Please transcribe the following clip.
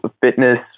fitness